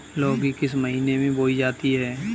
लौकी किस महीने में बोई जाती है?